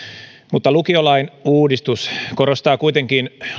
mutta lukiolain uudistus korostaa kuitenkin